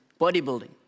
bodybuilding